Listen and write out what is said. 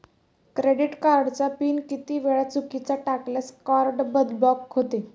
Credit कार्डचा pin किती वेळा चुकीचा टाकल्यास कार्ड ब्लॉक होते?